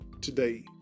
today